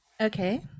okay